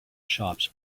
shops